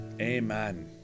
Amen